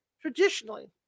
Traditionally